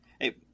Hey